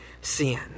sin